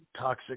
toxic